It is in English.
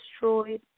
destroyed